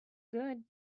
good